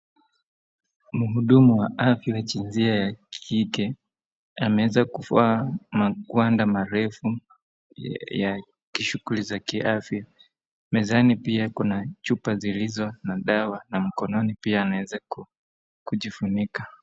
Mhudumu wa afya wa jinsia ya kike ameweza kuvaa magwanda marefu ya kishughuli za ki afya, mezani pia kuna chupa zilizo na dawa na mkononi pia ameweza kujifunika .